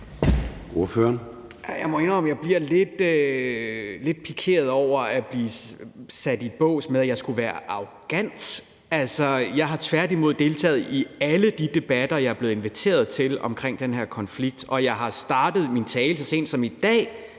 jeg bliver lidt pikeret over at få sat den etikette på, at jeg skulle være arrogant. Altså, jeg har tværtimod deltaget i alle de debatter, jeg er blevet inviteret til, om den her konflikt. Og så sent som i dag